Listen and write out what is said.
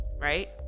Right